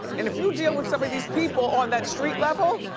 and if you deal with some of these people on that street level,